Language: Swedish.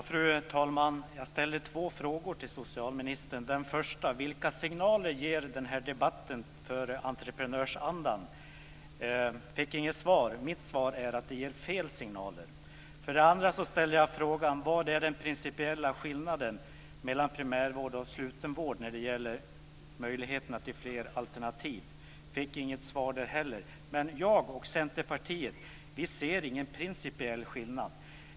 Fru talman! Jag ställde två frågor till socialministern. Den första frågan var: Vilka signaler ger den här debatten för entreprenörsandan? Jag fick inget svar. Mitt svar är att den ger fel signaler. Den andra frågan var: Vad är den principiella skillnaden mellan primärvård och slutenvård när det gäller möjligheterna till fler alternativ? Jag fick inget svar där heller. Jag och Centerpartiet ser ingen principiell skillnad.